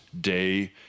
Day